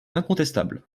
incontestable